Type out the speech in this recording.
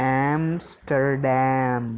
Amsterdam